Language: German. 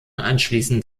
anschließend